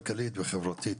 כלכלית וחברתית,